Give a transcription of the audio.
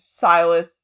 Silas